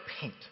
paint